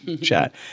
chat